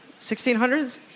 1600s